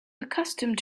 accustomed